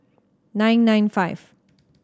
nine nine five